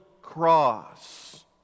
cross